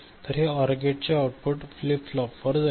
तर हे ऑर गेटचे आउटपुट फ्लिप फ्लॉपवर जाईल